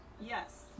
Yes